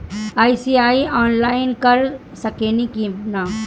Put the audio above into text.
EMI online कर सकेनी की ना?